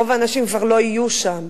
רוב האנשים כבר לא יהיו שם,